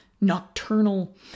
nocturnal